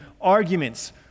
arguments